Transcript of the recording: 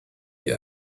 die